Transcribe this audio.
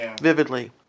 vividly